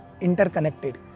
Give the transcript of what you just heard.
interconnected